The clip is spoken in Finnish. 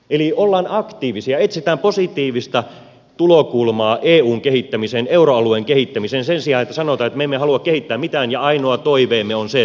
eli ollaan aktiivisia etsitään positiivista tulokulmaa eun kehittämiseen euroalueen kehittämiseen sen sijaan että sanotaan että me emme halua kehittää mitään ja ainoa toiveemme on se että euro kaatuu